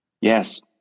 Yes